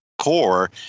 core